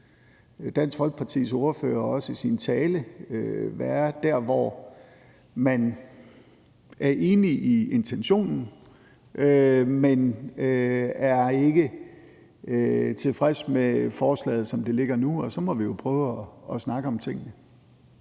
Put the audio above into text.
Dansk Folkepartis ordfører også i sin tale være der, hvor man er enig i intentionen, men ikke er tilfreds med forslaget, som det ligger nu, og så må vi jo prøve at snakke om tingene.